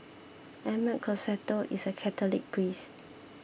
Emmett Costello is a Catholic priest